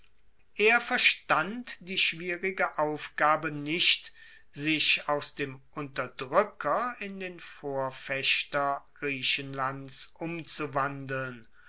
er verstand die schwierige aufgabe nicht sich aus dem unterdruecker in den vorfechter griechenlands umzuwandeln